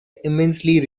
immensely